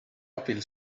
abil